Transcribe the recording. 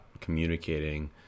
communicating